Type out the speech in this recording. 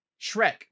Shrek